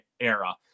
era